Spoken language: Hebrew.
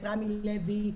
את רמי לוי,